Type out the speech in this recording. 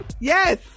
Yes